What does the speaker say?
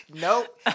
Nope